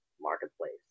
Marketplace